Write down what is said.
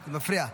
זה מפריע.